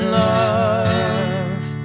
love